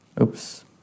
oops